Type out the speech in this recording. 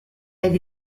elle